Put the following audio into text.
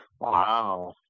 Wow